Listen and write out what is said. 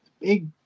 big